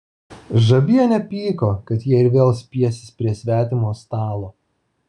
žabienė pyko kad jie ir vėl spiesis prie svetimo stalo